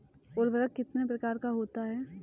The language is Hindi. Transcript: उर्वरक कितने प्रकार का होता है?